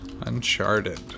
Uncharted